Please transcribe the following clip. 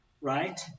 right